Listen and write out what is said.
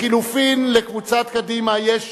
לחלופין, לקבוצת קדימה יש,